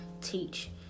teach